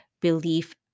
belief